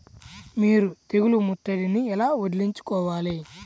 మీరు తెగులు ముట్టడిని ఎలా వదిలించుకోవాలి?